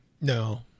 No